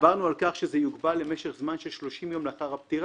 דיברנו על כך שזה יוגבל למשך זמן של 30 יום לאחר הפטירה,